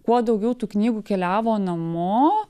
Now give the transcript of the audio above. kuo daugiau tų knygų keliavo namo